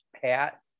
Pat